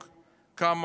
כמה אנשים,